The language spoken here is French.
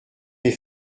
mes